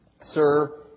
Sir